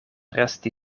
resti